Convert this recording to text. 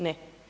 Ne.